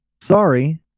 Sorry